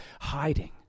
hiding